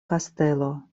kastelo